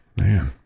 man